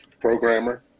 programmer